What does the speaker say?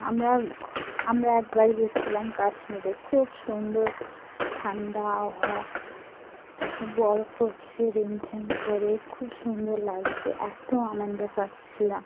আমরা আমরা একবার গিয়েছিলাম কাশ্মীরে খুব সুন্দর ঠান্ডা আবহাওয়া তাকে বরফ পড়ছে রিমঝিম করে খুব সুন্দর লাগছে এত আনন্দ পাচ্ছিলাম